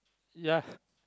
ya